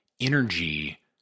energy